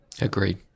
Agreed